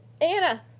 Anna